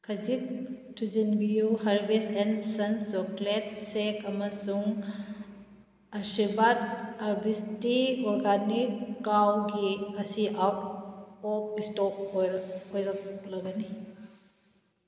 ꯈꯖꯤꯛ ꯊꯨꯖꯤꯟꯕꯤꯌꯨ Harvest and Sons chocolate shake ꯑꯃꯁꯨꯡ ꯑꯁꯤꯔꯚꯥꯠ ꯑꯚꯤꯁꯇꯤ ꯑꯣꯔꯒꯥꯅꯤꯛ ꯀꯥꯎ ꯘꯤ ꯑꯁꯤ ꯑꯥꯎꯠ ꯑꯣꯐ ꯏꯁꯇꯣꯛ ꯑꯣꯏꯔꯛꯂꯒꯅꯤ